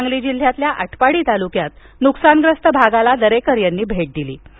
सांगली जिल्ह्यातील आटपाडी तालुक्यात नुकसानग्रस्त भागाला दरेकर यांनी भेट दिलि